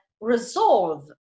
resolve